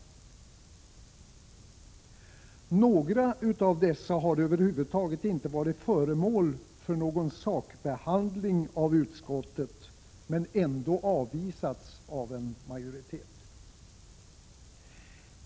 Några av dessa har över huvud taget inte varit föremål för någon sakbehandling av utskottet men ändå avvisats av en majoritet.